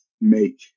make